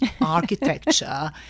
architecture